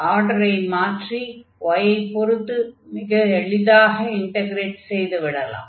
ஆர்டரை மாற்றி y ஐ பொருத்து மிக எளிதாக இன்டக்ரேட் செய்து விடலாம்